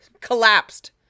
collapsed